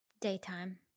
Daytime